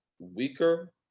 Weaker